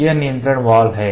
यह नियंत्रण वाल्व है